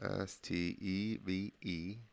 S-T-E-V-E